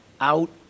out